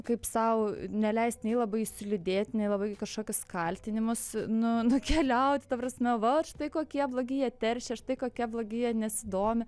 kaip sau neleist nei labai užsiliūdėt nei labai į kažkokius kaltinimus nu nukeliaut ta prasme vat štai kokie blogi jie teršia štai kokie blogi jie nesidomi